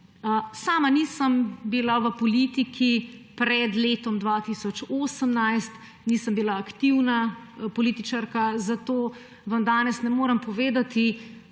Sama nisem bila v politiki pred letom 2018, nisem bila aktivna političarka, zato vam danes ne morem povedati,